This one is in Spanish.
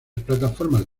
plataformas